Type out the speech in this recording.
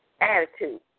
attitude